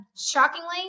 shockingly